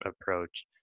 approach